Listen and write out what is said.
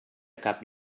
cap